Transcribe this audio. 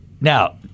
Now